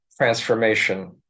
transformation